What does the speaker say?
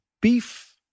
Beef